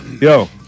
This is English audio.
yo